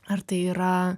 ar tai yra